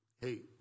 Hey